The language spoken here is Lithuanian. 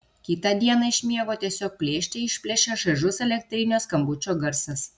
kitą dieną iš miego tiesiog plėšte išplėšia šaižus elektrinio skambučio garsas